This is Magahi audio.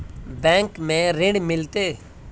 बैंक में ऋण मिलते?